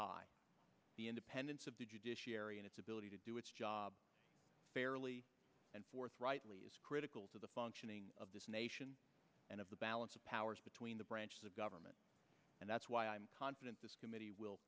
high the independence of the judiciary and its ability to do its job fairly and forthrightly is critical to the functioning of this nation and of the balance of powers between the branches of government and that's why i'm confident this committee will